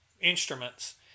instruments